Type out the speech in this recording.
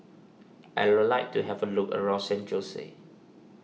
I would like to have a look around San Jose